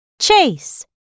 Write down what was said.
chase